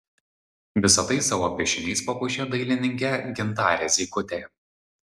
visa tai savo piešiniais papuošė dailininkė gintarė zykutė